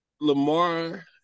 lamar